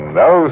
no